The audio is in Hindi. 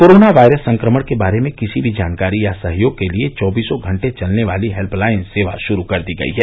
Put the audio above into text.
कोरोना वायरस संक्रमण के बारे में किसी भी जानकारी या सहयोग के लिए चौबीसो घंटे चलने वाली हेल्पलाइन सेवा शुरू की गई है